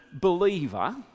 believer